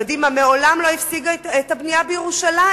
קדימה מעולם לא הפסיקה את הבנייה בירושלים.